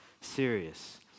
serious